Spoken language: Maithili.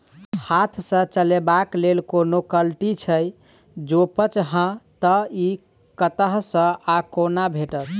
हाथ सऽ चलेबाक लेल कोनों कल्टी छै, जौंपच हाँ तऽ, इ कतह सऽ आ कोना भेटत?